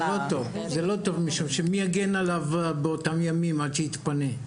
זה לא טוב משום שמי יגן עליו באותם ימים עד שיתפנה?